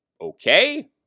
Okay